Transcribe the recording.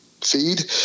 feed